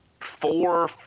four